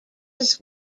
his